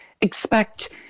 expect